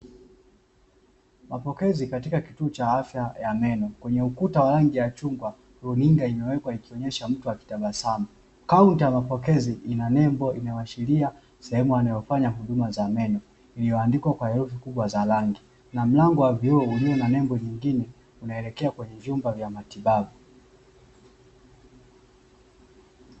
Mapokezi katika kituo cha afya ya meno kwenye ukuta wa rangi ya chungwa runinga imewekwa ikionyesha mtu akitabasamu, kaunta ya mapokezi ina nembo inayoashiria sehemu wanayofanya huduma za meno, iliyoandikwa kwa herufi kubwa za rangi, na mlango wa vioo ulio na nembo nyingine unaelekea kwenye vyumba vya matibabu.